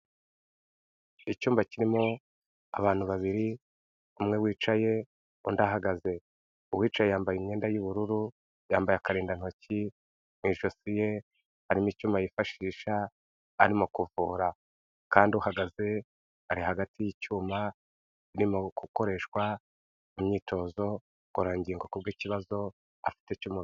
Icyumba kirimo abantu babiri umwe wicaye undi ahagaze, uwicaye yambaye imyenda y'ubururu, yambaye akarindantoki, mu ijosi he harimo icyuma yifashisha arimo kuvura kandi uhagaze ari hagati y'icyuma arimo gukoreshwa mu myitozo ngororangingo ku bw'ikibazo afite cy'umubiri.